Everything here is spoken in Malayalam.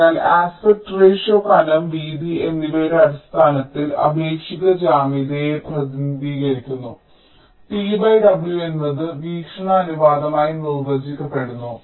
അതിനാൽ ആസ്പെക്ട് റെഷിയോ കനം വീതി എന്നിവയുടെ അടിസ്ഥാനത്തിൽ ആപേക്ഷിക ജ്യാമിതിയെ പ്രതിനിധീകരിക്കുന്നു t w എന്നത് വീക്ഷണ അനുപാതമായി നിർവചിക്കപ്പെടുന്നു